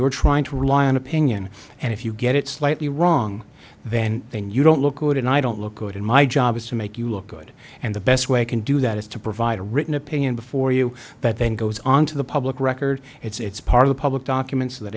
you're trying to rely on opinion and if you get it slightly wrong then then you don't look good and i don't look good in my job is to make you look good and the best way i can do that is to provide a written opinion before you but then goes on to the public record it's part of the public documents that